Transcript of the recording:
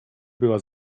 była